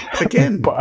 again